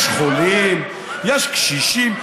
יש חולים, יש קשישים.